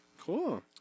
Cool